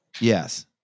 Yes